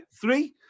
three